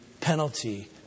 penalty